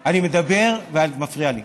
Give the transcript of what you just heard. אני מדבר ואת מפריעה לי.